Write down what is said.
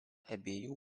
abiejų